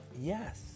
Yes